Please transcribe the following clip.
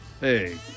Hey